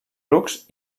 rucs